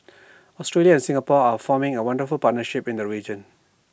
Australia and Singapore are forming A wonderful partnership in the region